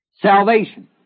salvation